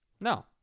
No